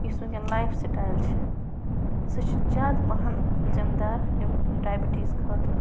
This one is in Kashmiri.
یُس وٕنۍکٮ۪ن لایِف سِٹایِل چھِ سُہ چھُ زیادٕ پَہَم ذمہٕ دار امہِ ڈایبِٹیٖز خٲطرٕ